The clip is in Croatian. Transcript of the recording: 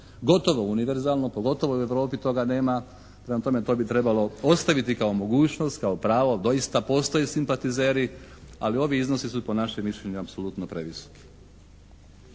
gotovo univerzalno, pogotovo u Europi toga nema. Prema tome to bi trebalo ostaviti kao mogućnost, kao pravo. Doista postoje simpatizeri, ali ovi iznosi su po našem mišljenju apsolutno previsoki.